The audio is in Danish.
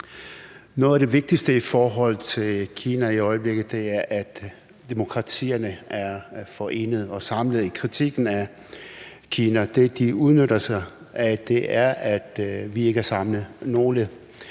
Noget af det vigtigste i forhold til Kina i øjeblikket er, at demokratierne er forenede og samlede i kritikken af Kina. Det, de udnytter, er, at vi ikke er samlede.